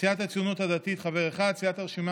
סיעת הציונות הדתית, חבר אחד,